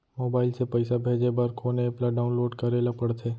Mobile से पइसा भेजे बर कोन एप ल डाऊनलोड करे ला पड़थे?